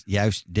juist